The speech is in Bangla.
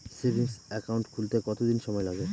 সেভিংস একাউন্ট খুলতে কতদিন সময় লাগে?